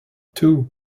two